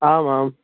आमाम्